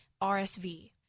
RSV